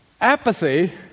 Apathy